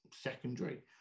secondary